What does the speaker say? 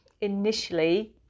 initially